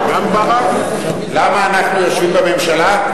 למה אתם יושבים בממשלה?